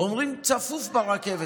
אומרים: צפוף ברכבת.